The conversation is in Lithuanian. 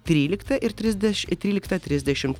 tryliktą ir trisdešim ir tryliktą trisdešimt